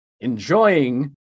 enjoying